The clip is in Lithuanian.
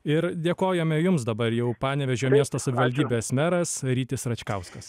ir dėkojame jums dabar jau panevėžio miesto savivaldybės meras rytis račkauskas